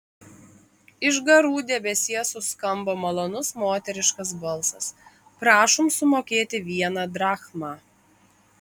iš garų debesies suskambo malonus moteriškas balsas prašom sumokėti vieną drachmą